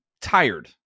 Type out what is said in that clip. tired